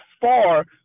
far